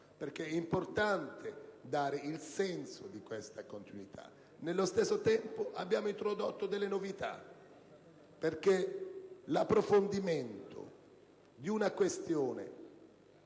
perché è importante dare il senso di questa continuità. Nello stesso tempo, abbiamo introdotto delle novità per approfondire una questione